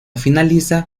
finaliza